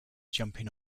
jumping